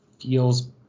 feels